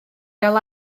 gael